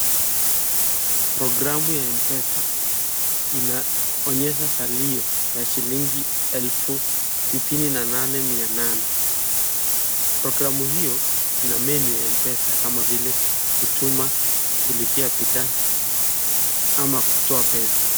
Programu ya Mpesa inaonyesha salio ya shilingi elfu sitini na nane mia nane. Programu hiyo ina menu ya Mpesa kama vile, kutuma, kulipia bidhaa ama kutoa pesa.